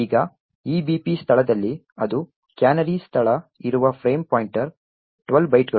ಈಗ EBP ಸ್ಥಳದಲ್ಲಿ ಅದು ಕ್ಯಾನರಿ ಸ್ಥಳ ಇರುವ ಫ್ರೇಮ್ ಪಾಯಿಂಟರ್ 12 ಬೈಟ್ಗಳು